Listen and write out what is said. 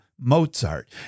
Mozart